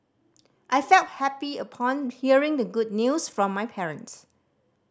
I felt happy upon hearing the good news from my parents